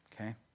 Okay